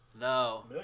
No